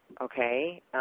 Okay